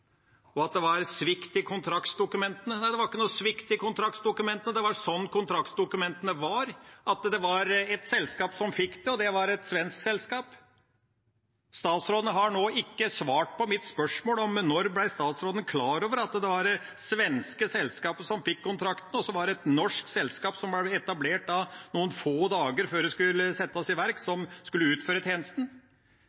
kontraktsdokumentene var, at det var et selskap som fikk det, og det var et svensk selskap. Statsråden har ikke svart på mitt spørsmål om når han ble klar over at det var det svenske selskapet som fikk kontrakten, og at det så var et norsk selskap, som ble etablert noen få dager før dette skulle settes i verk,